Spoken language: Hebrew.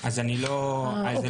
אז אני לא --- בסדר.